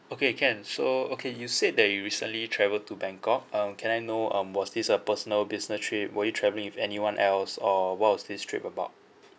okay can so okay you said that you recently travel to bangkok um can I know um was this a personal business trip were you travelling with anyone else or what was this trip about